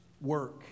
work